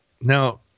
Now